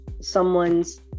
someone's